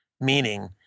meaning